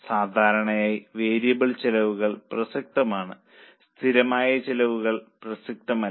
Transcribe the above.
സാധാരണയായി വേരിയബിൾ ചെലവുകൾ പ്രസക്തമാണ് സ്ഥിരമായ ചിലവുകൾ പ്രസക്തമല്ല